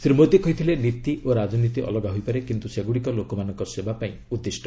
ଶ୍ରୀ ମୋଦି କହିଥିଲେ ନୀତି ଓ ରାଜନୀତି ଅଲଗା ହୋଇପାରେ କିନ୍ତୁ ସବୁଗୁଡ଼ିକ ଲୋକମାନଙ୍କ ସେବାପାଇଁ ଉଦ୍ଦିଷ୍ଟ